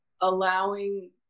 allowing